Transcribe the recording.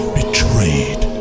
betrayed